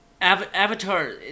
Avatar